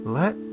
let